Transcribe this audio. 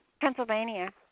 Pennsylvania